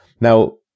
Now